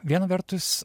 viena vertus